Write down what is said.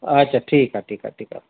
अछा ठीकु आहे ठीकु आहे ठीकु आहे